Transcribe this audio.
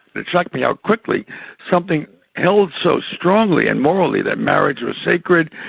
it shocked me how quickly something held so strongly and morally, that marriage was sacred,